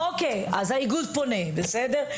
אוקיי, אז האיגוד פונה, בסדר?